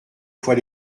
fois